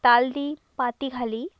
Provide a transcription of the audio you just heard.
Taldi Patikhali